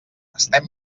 estem